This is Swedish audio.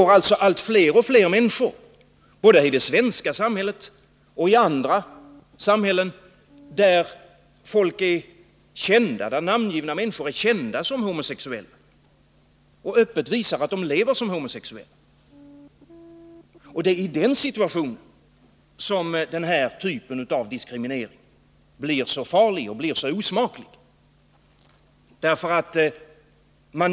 Allt fler namngivna människor både i det svenska samhället och i andra samhällen blir alltså kända som homosexuella och visar öppet att de lever som sådana. Det är i den situationen som den aktuella typen av diskriminering blir så farlig och osmaklig.